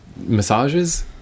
massages